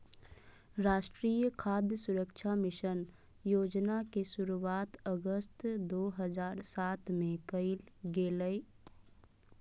राष्ट्रीय खाद्य सुरक्षा मिशन योजना के शुरुआत अगस्त दो हज़ार सात में कइल गेलय